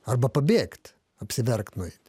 arba pabėgt apsiverkt nueit